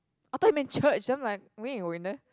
I thought you meant church then I'm like we ain't going there